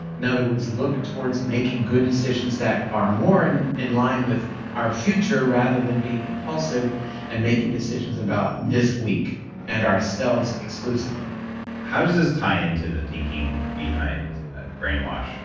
in other words, look towards making good decisions that are more and in line with our future rather than being impulsive and making decisions about this week and ourselves exclusively how does this tie into the thinking behind brain wash,